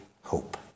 hope